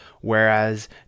Whereas